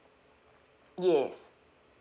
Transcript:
yes